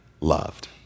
loved